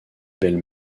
belle